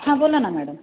हां बोला ना मॅडम